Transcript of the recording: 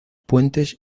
puentes